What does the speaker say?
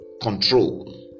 Control